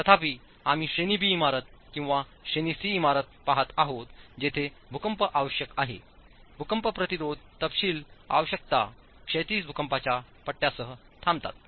तथापि आम्ही श्रेणी बी इमारत किंवा श्रेणी सी इमारत पहात आहोत जेथे भूकंप आवश्यक आहे भूकंप प्रतिरोधक तपशील आवश्यकता क्षैतिज भूकंपाच्या पट्ट्यांसह थांबतात